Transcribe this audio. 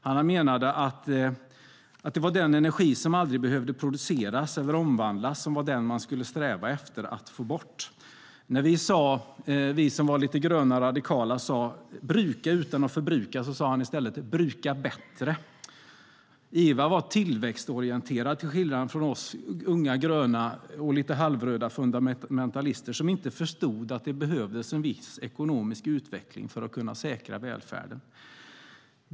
Han menade att det var den energi som aldrig behövde produceras eller omvandlas som var den man skulle sträva efter. När vi som var lite gröna och radikala sade "bruka utan att förbruka" sade han i stället "bruka bättre". Ivar var tillväxtorienterad till skillnad från oss unga gröna och lite halvröda fundamentalister som inte förstod att det behövs en viss ekonomisk utveckling för att säkra välfärden.